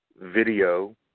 video